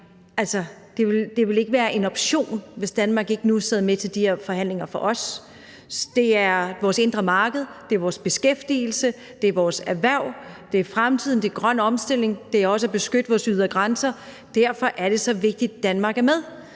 det ville ikke være en option for os, hvis Danmark ikke nu sad med til de her forhandlinger. Det er vores indre marked, det er vores beskæftigelse, det er vores erhverv, det er fremtiden, det er en grøn omstilling, og det er også at beskytte vores ydre grænser. Derfor er det så vigtigt, at Danmark er med,